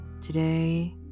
Today